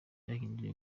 byahindura